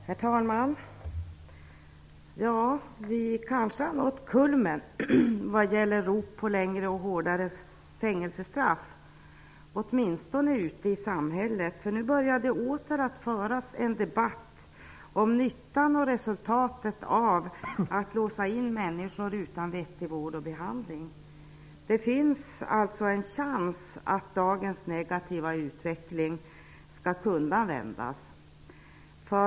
Herr talman! Vi har kanske har nått kulmen när det gäller rop på längre och hårdare fängelsestraff, åtminstone ute i samhället. Det börjar nu åter att föras en debatt om nyttan och resultatet av att låsa in människor utan vettig vård och behandling. Det finns alltså en chans att dagens negativa utveckling skall kunna vändas.